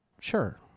Sure